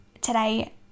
today